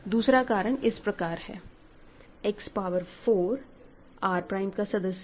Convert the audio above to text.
दूसरा कारण इस प्रकार है X पावर 4 R प्राइम का सदस्य है